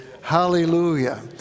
hallelujah